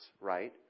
right